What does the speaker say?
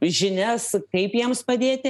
žinias kaip jiems padėti